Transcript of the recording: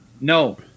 No